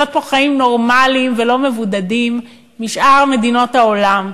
פה חיים נורמליים ולא מבודדים משאר מדינות העולם.